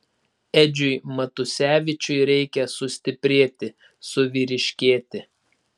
edžiui matusevičiui reikia sustiprėti suvyriškėti